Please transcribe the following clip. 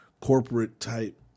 corporate-type